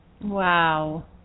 Wow